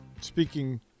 speaking